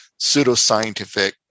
pseudoscientific